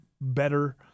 better